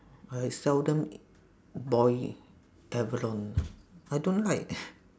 I seldom boil abalone I don't like